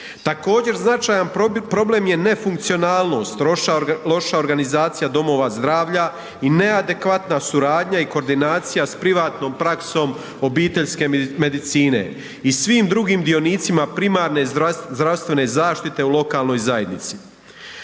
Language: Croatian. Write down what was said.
Također, značajan problem je nefunkcionalnost, loša organizacija domova zdravlja i neadekvatna suradnja i koordinacija s privatno praksom obiteljske medicine i svim drugim dionicima primarne zdravstvene zaštite u lokalnoj zajednici.